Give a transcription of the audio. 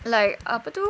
like apa tu